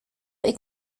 est